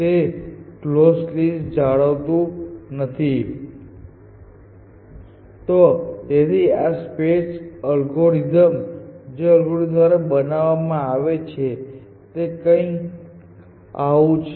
તે close list જાળવતું નથી તેથી સર્ચ સ્પેસ અલ્ગોરિધમ જે અલ્ગોરિધમ દ્વારા બનાવવામાં આવે છે તે કંઈક આવું છે